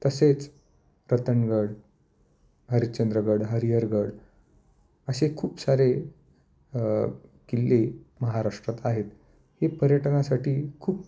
तसेच रतनगड हरिश्चंद्रगड हरिहरगड असे खूप सारे किल्ले महाराष्ट्रात आहेत हे पर्यटनासाठी खूप